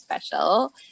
special